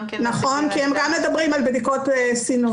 נכון, כי הם גם מדברים על בדיקות סינון.